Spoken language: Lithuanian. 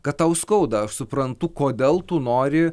kad tau skauda aš suprantu kodėl tu nori